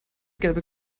gelbe